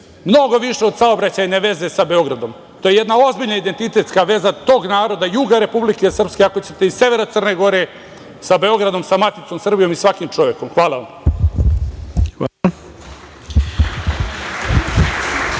mnogo više od saobraćajne veze sa Beogradom? To je jedna ozbiljna identitetska veza tog naroda, juga Republike Srpske, ako ćete, i severa Crne Gore sa Beogradom, sa maticom Srbijom i svakim čovekom. Hvala vam.